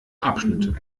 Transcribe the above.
abschnitte